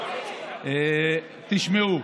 תשמעו,